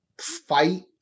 fight